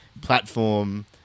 platform